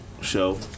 show